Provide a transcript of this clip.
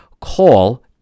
call